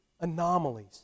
anomalies